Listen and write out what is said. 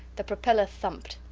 the propeller thumped,